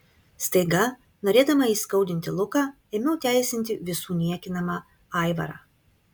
staiga norėdama įskaudinti luką ėmiau teisinti visų niekinamą aivarą